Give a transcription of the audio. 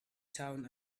town